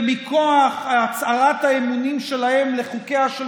ומכוח הצהרת האמונים שלהם לחוקיה של